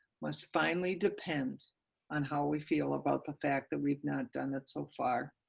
must finally depend on how we feel about the fact that we've not done that so far.